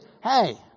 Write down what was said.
hey